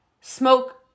smoke